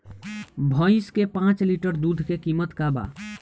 भईस के पांच लीटर दुध के कीमत का बा?